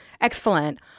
Excellent